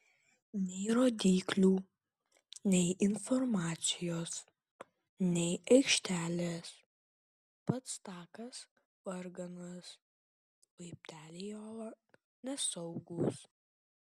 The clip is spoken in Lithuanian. nei rodyklių nei informacijos nei aikštelės pats takas varganas laipteliai į olą nesaugūs